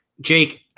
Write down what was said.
jake